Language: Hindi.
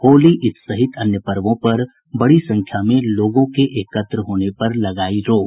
होली ईद सहित अन्य पर्वों पर बड़ी संख्या में लोगों के एकत्र होने पर लगायी रोक